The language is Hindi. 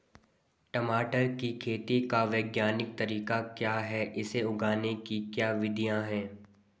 टमाटर की खेती का वैज्ञानिक तरीका क्या है इसे उगाने की क्या विधियाँ हैं?